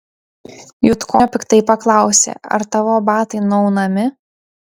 jutkonio piktai paklausė ar tavo batai nuaunami